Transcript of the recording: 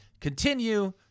continue